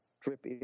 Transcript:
drip